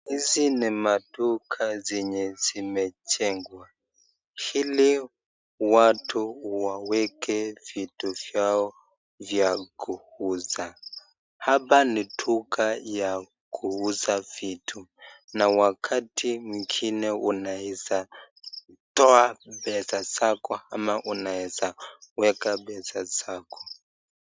Hizi ni maduka zenye zimejengwa, ili watu waweke vitu vyao vya kuuza. Hapa ni duka ya kuuza vitu na wakati mwingine unaweza toa pesa zako ama unaweza weka pesa zako.